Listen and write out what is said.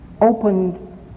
opened